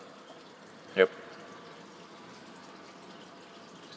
yup